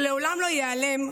שלעולם לא ייעלם,